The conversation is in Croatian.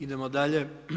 Idemo dalje.